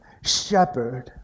shepherd